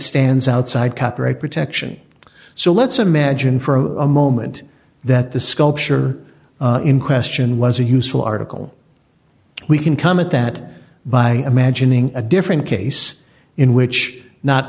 stands outside copyright protection so let's imagine for a moment that the sculpture in question was a useful article we can come at that by imagining a different case in which not